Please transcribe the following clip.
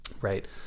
Right